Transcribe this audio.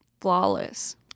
Flawless